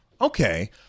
okay